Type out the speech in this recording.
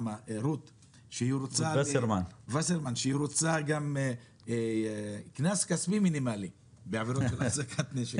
שהיא רוצה גם כנס כספי מינימלי בעברות החזקת נשק,